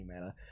emailer